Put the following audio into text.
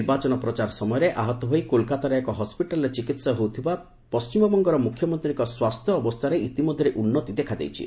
ନିର୍ବାଚନ ପ୍ରଚାର ସମୟରେ ଆହତ ହୋଇ କୋଲକାତାର ଏକ ହସ୍ୱିଟାଲ୍ରେ ଚିକିିିତ ହେଉଥିବା ପଶ୍ଚିମବଙ୍ଗର ମୁଖ୍ୟମନ୍ତ୍ରୀଙ୍କ ସ୍ୱାସ୍ଥ୍ୟାବସ୍ଥାରେ ଇତିମଧ୍ୟରେ ଉନ୍ନତି ଦେଖାଦେଇଛି